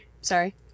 sorry